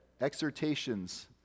exhortations